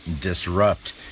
disrupt